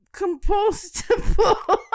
compostable